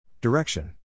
Direction